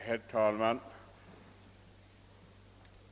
Herr talman!